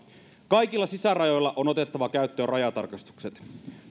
kaikilla sisärajoilla on otettava käyttöön rajatarkastukset